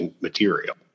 material